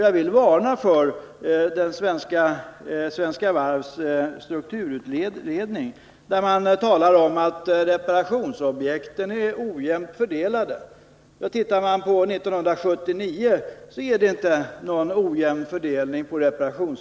Jag vill varna för Svenska Varvs strukturutredning, där man talar om att reparationsobjekten är ojämnt fördelade. Ser man på redovisningen av reparationsverksamheten för 1979 finner man att det inte är fråga om någon ojämn fördelning.